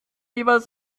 jeweils